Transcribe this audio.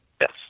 Yes